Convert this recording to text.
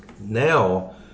Now